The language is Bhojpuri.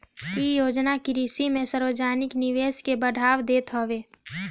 इ योजना कृषि में सार्वजानिक निवेश के बढ़ावा देत हवे